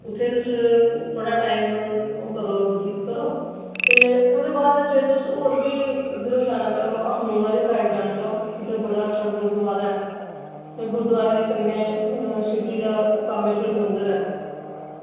उत्थै तुस थोह्ड़ा टाइम बतीत करो ते ओह्दे बाद जे तुस होर बी इद्धर जाना चाहो अखनूर आह्ली साइड जाना चाहो उत्थै बड़ा अच्छा गुरुद्वारा ऐ ते गुरुद्वारे दे कन्नै शिवजी दा कामेश्वर मंदिर ऐ